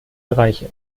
bereiche